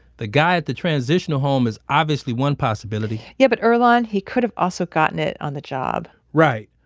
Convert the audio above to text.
the guy at the transitional home is obviously one possibility yeah but earlonne, he could have also gotten it on the job right.